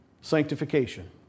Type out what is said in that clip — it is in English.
Sanctification